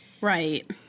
Right